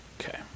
Okay